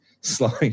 slowing